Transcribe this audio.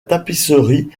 tapisserie